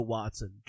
Watson